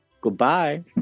Goodbye